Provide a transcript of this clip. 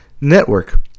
Network